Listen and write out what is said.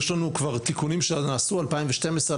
יש לנו כבר תיקונים שנעשו ב-2012,